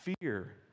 fear